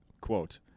quote